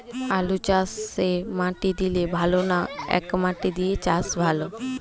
আলুচাষে মাটি দিলে ভালো না একমাটি দিয়ে চাষ ভালো?